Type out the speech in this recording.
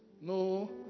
no